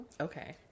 okay